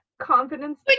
confidence